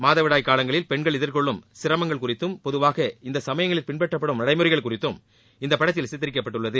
மாதவிடாய் காலங்களில் பெண்கள் எதிர்கொள்ளும் சிரமங்கள் குறித்தும் பொதுவாக இந்த சமயங்களில் பின்பற்றப்படும் நடைமுறைகள் குறித்தும் இந்த படத்தில் சித்தரிக்கப்பட்டுள்ளது